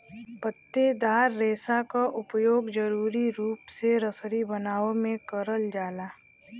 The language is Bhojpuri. पत्तेदार रेसा क उपयोग जरुरी रूप से रसरी बनावे में करल जाला